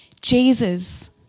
Jesus